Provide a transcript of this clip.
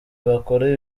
bakora